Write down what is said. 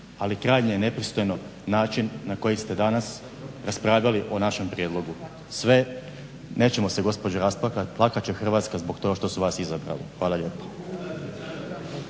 ali krajnje je nepristojno način na koji ste danas raspravljali o našem prijedlogu. … /Upadica se ne razumije./… Nećemo se gospođo rasplakat, plakat će Hrvatska zbog toga što su vas izabrali. Hvala lijepo.